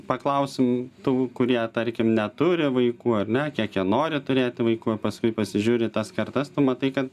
paklausim tų kurie tarkim neturi vaikų ar ne kiek jie nori turėti vaikų paskui pasižiūri tas kartas tu matai kad